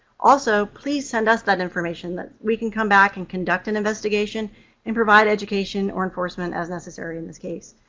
also, please send us that information that we can come back and conduct an investigation and provide education or enforcement, as necessary, in this case.